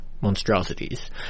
monstrosities